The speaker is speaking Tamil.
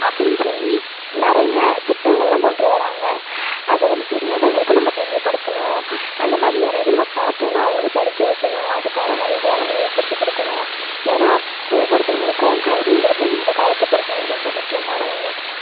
அப்டின்னு சொல்லி நிறைய திட்டங்கள்லாம் கொண்டு வர்றாங்க அதை வந்து தெரியாதவங்களுக்கும் நம்ம தெரியப்படுத்தணும் அந்தமாதிரி யாரையாவது நம்ம பாத்தோம்னா அவங்களையும் படிக்க வைக்கணும் அதுக்கான வழிகளை நம்ம ஏற்படுத்தி கொடுக்கணும் ஏன்னா ஒவ்வொருத்தங்களுக்கும் கல்விங்கிறது இந்த காலத்தை பொறுத்த வரையும் ரொம்ப முக்கியமான ஒன்று